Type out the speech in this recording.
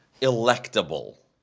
electable